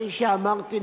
כפי שאמרתי,